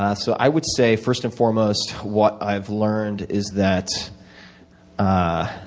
ah so i would say first and foremost what i've learned is that ah